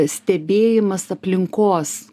stebėjimas aplinkos